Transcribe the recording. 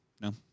No